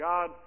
God